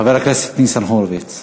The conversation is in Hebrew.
חבר הכנסת ניצן הורוביץ.